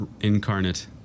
Incarnate